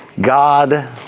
God